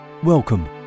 Welcome